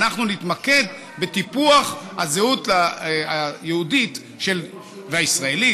אנחנו נתמקד בטיפוח הזהות היהודית והישראלית,